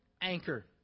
anchor